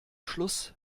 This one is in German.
schluss